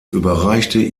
überreichte